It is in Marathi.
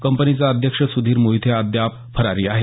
कंपनीचा अध्यक्ष सुधीर मोहिते हा अद्याप फरारी आहे